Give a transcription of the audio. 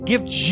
Give